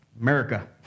America